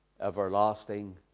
everlasting